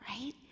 right